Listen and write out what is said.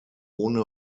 ohne